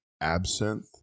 absinthe